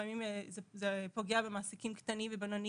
לפעמים זה פוגע במעסיקים קטנים ובינוניים,